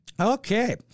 Okay